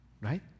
right